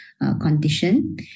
condition